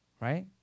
right